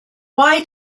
why